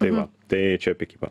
tai va tai čia apie kipą